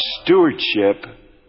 stewardship